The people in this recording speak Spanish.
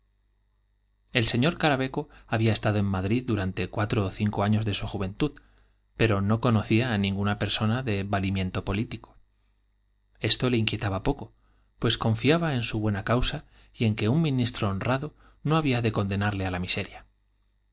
el sr caraveco había estado en madrid durante cuatro ó cinco años de su juventud pero no conocía á ninguna persona de valimiento político esto le inquietaba poco pues confiaba en su buen a causa y en que un ministro honrado no había de con denarle á la miseria